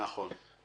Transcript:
נכון.